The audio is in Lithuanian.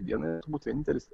viena jis būtųi vienintelis